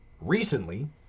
Recently